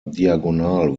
diagonal